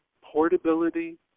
portability